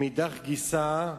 מאידך גיסא,